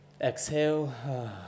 exhale